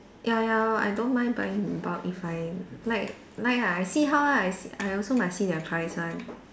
ya ya I don't mind buying in bulk if I like like ah I see how ah I see I also must see their price one